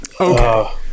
Okay